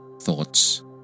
thoughts